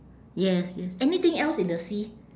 yes yes anything else in the sea